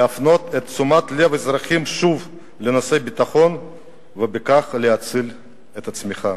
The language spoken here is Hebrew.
להפנות את תשומת לב האזרחים שוב לנושא הביטחון ובכך להציל את עצמך?